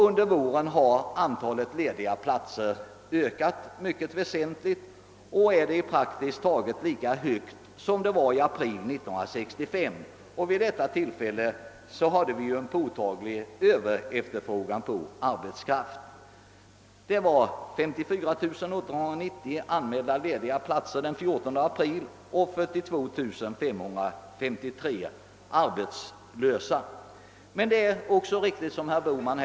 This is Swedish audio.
Under våren har antalet lediga platser ökat mycket väsentligt, och siffran är praktiskt taget lika hög som den var i april 1965. Vid detta tillfälle hade vi en påtaglig överefterfrågan på arbetskraft. 54 890 lediga platser hade anmälts den 14 april och 42 553 arbetslösa kunde samtidigt noteras.